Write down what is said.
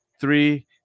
three